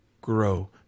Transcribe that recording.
grow